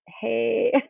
hey